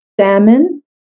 Salmon